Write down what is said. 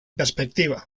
perspectiva